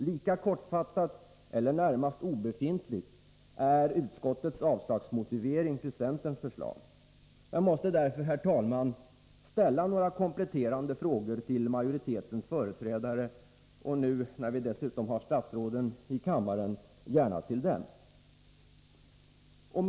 Lika kortfattad, eller närmast obefintlig, är utskottets avslagsmotivering till centerns förslag. Jag måste därför, herr talman, ställa några kompletterande frågor till majoritetens företrädare och, när vi nu har dem i kammaren, också till statsråden.